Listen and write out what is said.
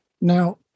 Now